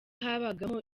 habagamo